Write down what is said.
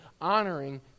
honoring